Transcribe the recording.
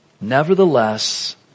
Nevertheless